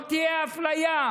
לא תהיה אפליה.